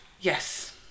yes